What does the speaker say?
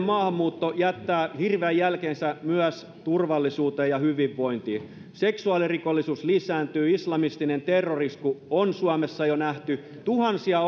maahanmuutto jättää hirveän jälkensä myös turvallisuuteen ja hyvinvointiin seksuaalirikollisuus lisääntyy islamistinen terrori isku on suomessa jo nähty tuhansia